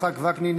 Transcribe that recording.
יצחק וקנין,